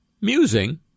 musing